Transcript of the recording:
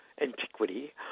antiquity